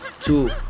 two